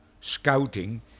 scouting